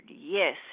Yes